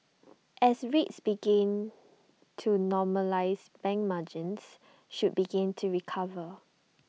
as rates begin to normalise bank margins should begin to recover